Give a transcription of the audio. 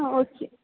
ஓ okay